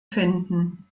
finden